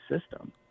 system